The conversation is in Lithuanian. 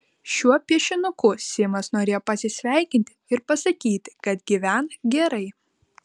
šiuo piešinuku simas norėjo pasisveikinti ir pasakyti kad gyvena gerai